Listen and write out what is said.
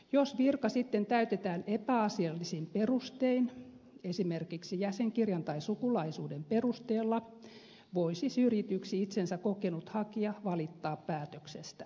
jos virka sitten täytetään epäasiallisin perustein esimerkiksi jäsenkirjan tai sukulaisuuden perusteella voisi syrjityksi itsensä kokenut hakija valittaa päätöksestä